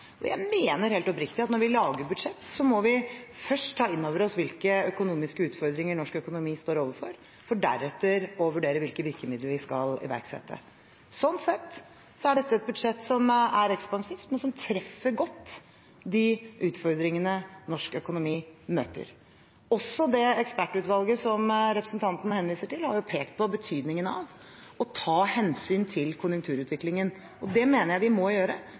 Og jeg mener helt oppriktig at når vi lager et budsjett, må vi først ta inn over oss hvilke økonomiske utfordringer norsk økonomi står overfor, for deretter å vurdere hvilke virkemidler vi skal iverksette. Sånn sett er dette et budsjett som er ekspansivt, men som treffer godt de utfordringene norsk økonomi møter. Også det ekspertutvalget som representanten henviser til, har jo pekt på betydningen av å ta hensyn til konjunkturutviklingen, og det mener jeg vi må gjøre